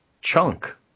chunk